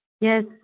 Yes